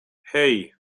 hei